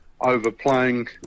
overplaying